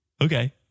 okay